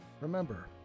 Remember